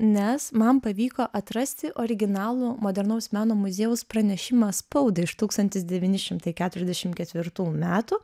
nes man pavyko atrasti originalų modernaus meno muziejaus pranešimą spaudai iš tūkstantis devyni šimtai keturiasdešim ketvirtųjų metų